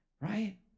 Right